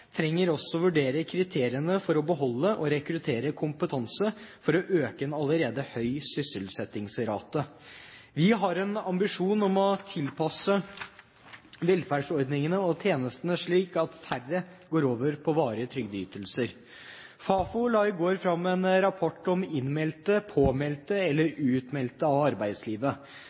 trenger man også å vurdere kriteriene for å beholde og rekruttere kompetanse for å øke en allerede høy sysselsettingsrate. Vi har en ambisjon om å tilpasse velferdsordningene og tjenestene slik at færre går over på varige trygdeytelser. Fafo la i går fram en rapport om innmeldte, påmeldte eller utmeldte av arbeidslivet.